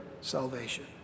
salvation